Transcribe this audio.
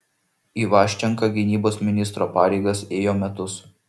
ivaščenka gynybos ministro pareigas ėjo metus